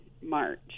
March